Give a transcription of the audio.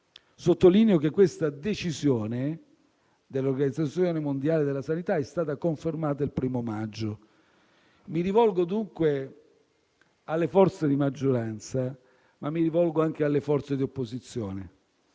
Sottolineo che questa decisione dell'Organizzazione mondiale della sanità è stata confermata il primo maggio. Mi rivolgo, dunque, alle forze di maggioranza, ma mi rivolgo anche alle forze di opposizione.